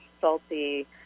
salty